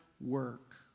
work